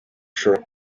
ashobora